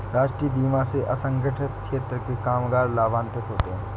राष्ट्रीय बीमा से असंगठित क्षेत्र के कामगार लाभान्वित होंगे